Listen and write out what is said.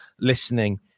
listening